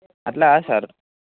అట్లా కాదు సార్